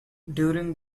during